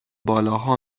بالاها